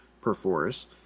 perforce